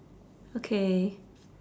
okay